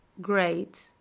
great